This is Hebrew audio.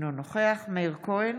אינו נוכח מאיר כהן,